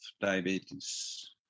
diabetes